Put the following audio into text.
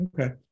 Okay